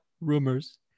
Rumors